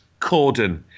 Corden